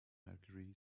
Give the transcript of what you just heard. mercury